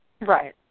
Right